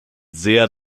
sehr